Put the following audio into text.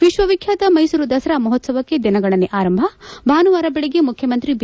ವಿಶ್ವವಿಖ್ಯಾತ ಮೈಸೂರು ದಸರಾ ಮಹೋತ್ಸವಕ್ಕೆ ದಿನಗಣನೆ ಆರಂಭ ಭಾನುವಾರ ಬೆಳಗ್ಗೆ ಮುಖ್ಯಮಂತ್ರಿ ಚಿ